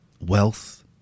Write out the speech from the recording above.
Wealth